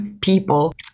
people